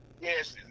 yes